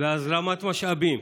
והזרמת המשאבים,